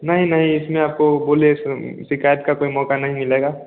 नहीं नहीं इसमें आपको बोले सो शिकायत का कोई मौका नहीं मिलेगा